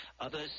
Others